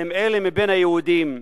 הם אלה מבין היהודים,